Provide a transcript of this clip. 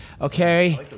Okay